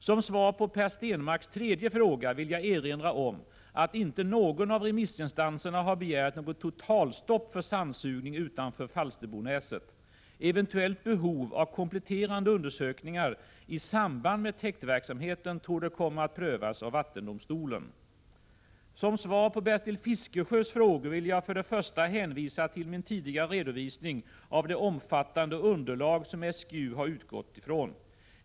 Som svar på Per Stenmarcks tredje fråga vill jag erinra om att inte någon av remissinstanserna har begärt något totalstopp för sandsugning utanför 13 Falsterbonäset. Eventuellt behov av kompletterande undersökningar i samband med täktverksamheten torde komma att prövas av vattendomstolen. Som svar på Bertil Fiskesjös frågor vill jag för det första hänvisa till min tidigare redovisning av det omfattande underlag som SGU har utgått från.